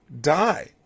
die